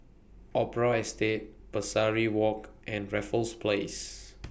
Opera Estate Pesari Walk and Raffles Place